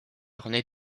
ornée